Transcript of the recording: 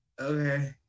Okay